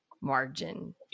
margin